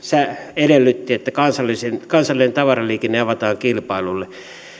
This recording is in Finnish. edellytti että kansallinen tavaraliikenne avataan kilpailulle